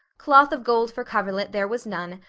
cloth of gold for coverlet there was none,